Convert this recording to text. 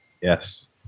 Yes